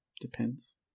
depends